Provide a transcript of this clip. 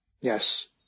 Yes